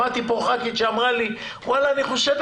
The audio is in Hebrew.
שמעתי כאן חברת כנסת שאמרה לי: אני חושבת